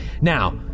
Now